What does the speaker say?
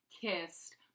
kissed